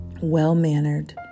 well-mannered